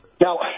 Now